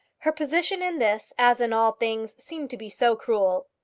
her position in this as in all things seemed to be so cruel!